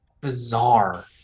bizarre